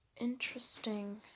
interesting